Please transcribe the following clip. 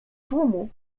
tłumu